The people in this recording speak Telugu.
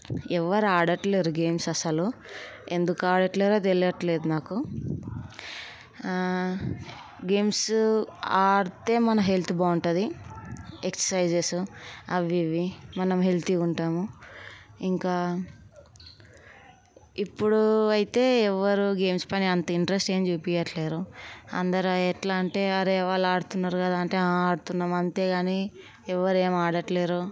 ఎవరు ఆడట్లేలేరు గేమ్స్ అసలు ఎందుకు ఆడట్లేలేదో తెలియట్లేదు నాకు గేమ్స్ ఆడితే మన హెల్త్ బాగుంటుంది ఎక్సర్సైజెస్ అవి ఇవి మనం హెల్తీగా ఉంటాము ఇంకా ఇప్పుడు అయితే ఎవరు గేమ్స్ పైన అంత ఇంట్రెస్ట్ ఏం చూపించడం లేదు అంరురూ ఎట్లా అంటే అరే అరే వాళ్ళు ఆడుతున్నారు కదా ఆడుతున్నాం అంతే కానీ ఎవరు ఏం ఆడట్లేరు